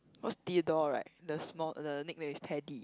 cause Theodore right the small the nickname is Teddy